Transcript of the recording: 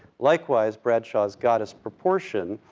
likewise, bradshaw's goddess, proportion,